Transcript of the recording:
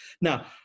Now